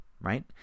right